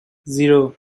zero